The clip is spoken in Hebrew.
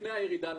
לפני הירידה לנחל.